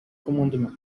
commandement